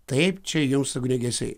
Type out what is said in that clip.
taip čia jums ugniagesiai